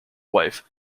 wife